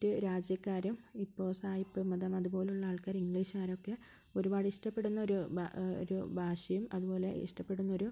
മറ്റു രാജ്യക്കാരും ഇപ്പോൾ സായിപ്പ് മദാമ്മ അതുപോലുള്ള ആൾക്കാർ ഇംഗ്ലീഷുകാരൊക്കെ ഒരുപാട് ഇഷ്ടപ്പെടുന്ന ഒരു ബാ ഒരു ഭാഷയും അതുപോലെ ഇഷ്ടപ്പെടുന്നൊരു